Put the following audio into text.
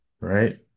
Right